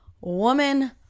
woman